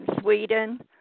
Sweden